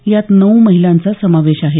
यात नऊ महिलांचा समावेश आहे